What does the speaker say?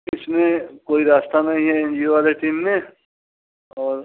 इसमें कोई रास्ता नहीं है एन जी ओ वाले टीम में और